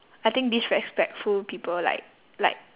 I think disrespectful people like like